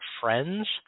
friends